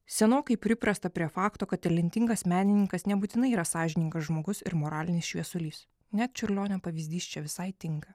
senokai priprasta prie fakto kad talentingas menininkas nebūtinai yra sąžiningas žmogus ir moralinis šviesulys net čiurlionio pavyzdys čia visai tinka